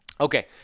Okay